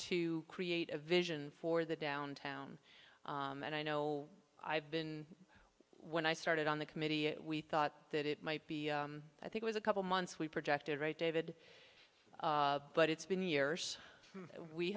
to create a vision for the downtown and i know i've been when i started on the committee we thought that it might be i think was a couple months we projected right david but it's been years we